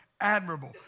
admirable